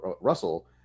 russell